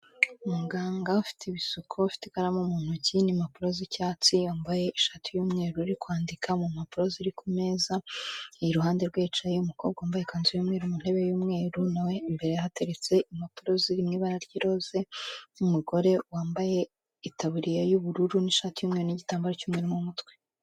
Umuganga ufite ibisuko, ufite ikaramu mu ntoki, n'impapuro z'icyatsi, yambaye ishati y'umweru uri kwandika mu mpapuro ziri ku meza, iruhande rwe hicaye umukobwa wambaye ikanzu y'umweru mu ntebe y'umweru, nawe imbere ye hateretse impapuro ziri mu ibara ry'iroze, umugore wambaye itaburiya y'ubururu n'ishati y'umweru, ni'gitambaro cy'umweru mu mutwe.